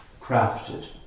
crafted